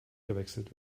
gewechselt